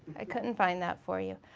i couldn't find that for you.